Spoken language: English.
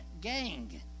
gang